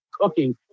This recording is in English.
cooking